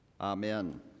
amen